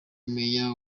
meya